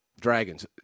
Dragons